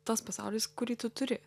tas pasaulis kurį tu turi